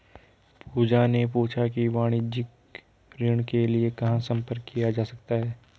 पूजा ने पूछा कि वाणिज्यिक ऋण के लिए कहाँ संपर्क किया जा सकता है?